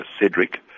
Cedric